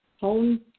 home